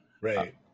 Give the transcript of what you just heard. right